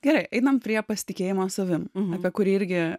gerai einam prie pasitikėjimo savim apie kurį irgi